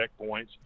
checkpoints